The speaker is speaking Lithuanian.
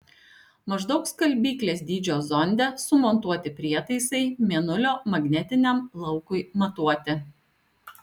maždaug skalbyklės dydžio zonde sumontuoti prietaisai mėnulio magnetiniam laukui matuoti